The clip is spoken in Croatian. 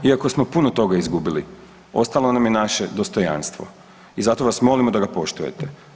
Iako smo puno toga izgubili ostalo nam je naše dostojanstvo i zato vas molimo da ga poštujete.